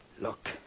Look